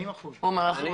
40 אחוזים.